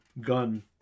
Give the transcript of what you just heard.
gun